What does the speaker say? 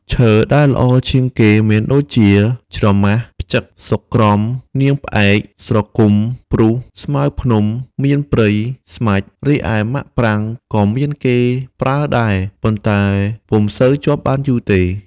ឈើដែលល្អជាងគេ មានដូចជា ច្រម៉ាស់ ផឹ្ចក សុក្រំ នាងផ្អែក ស្រគុំ ព្រូស ស្មៅភ្នំ មៀនព្រៃ ស្មាច់ រីឯម៉ាក់ប្រាង ក៏មានគេប្រើដែរ ប៉ុន្តែពុំសូវជាប់បានយូរទេ។